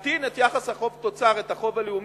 את יחס החוב תוצר, את החוב הלאומי,